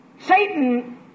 Satan